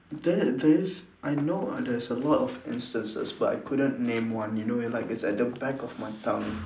there there is I know there's a lot of instances but I couldn't name one you know like it's at the back of my tongue